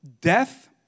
Death